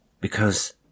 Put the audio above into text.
Because